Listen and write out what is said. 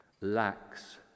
lacks